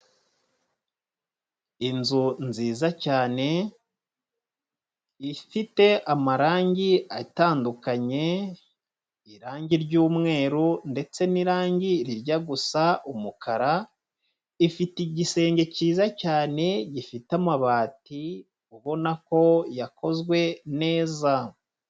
Inzu nziza cyane ifite amarange atandukanye irange ry'umweru ndetse n'irange rijya gusa umukara, ifite igisenge cyiza cyane gifite amabati ubona ko yakozwe neza.